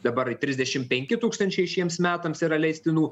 dabar trisdešim penki tūkstančiai šiems metams yra leistinų